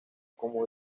como